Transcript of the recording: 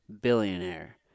billionaire